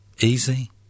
Easy